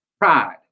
Pride